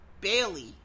Bailey